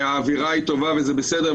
האווירה היא טובה וזה בסדר,